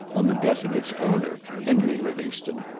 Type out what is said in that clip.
on the death of its owner, henry livingstone.